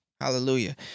hallelujah